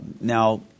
Now